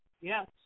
Yes